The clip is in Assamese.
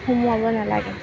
সোমোৱাব নালাগে